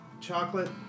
chocolate